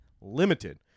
Limited